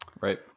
Right